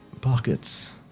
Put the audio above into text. Pockets